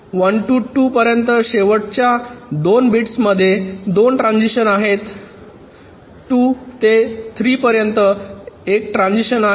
1 ते 2 पर्यंत शेवटच्या 2 बिट्समध्ये 2 ट्रान्झिशन आहेत 2 ते 3 पर्यंत एक ट्रान्झिशन आहे